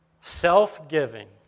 self-giving